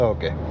Okay